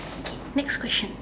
okay next question